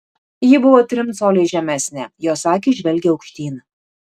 ji buvo trim coliais žemesnė jos akys žvelgė aukštyn